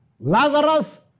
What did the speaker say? Lazarus